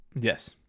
Yes